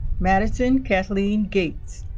madison kathleen gates